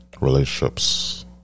relationships